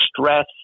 stress